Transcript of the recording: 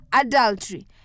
adultery